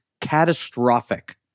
catastrophic